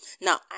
now